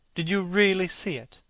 did you really see it?